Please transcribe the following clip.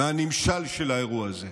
מהנמשל של האירוע הזה: